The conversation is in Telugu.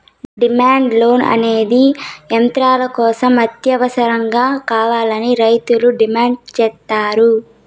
డిమాండ్ లోన్ అనేది యంత్రాల కోసం అత్యవసరంగా కావాలని రైతులు డిమాండ్ సేత్తారు